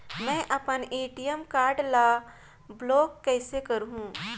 मै अपन ATM card ल ब्लाक कइसे करहूं?